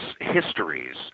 histories